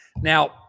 now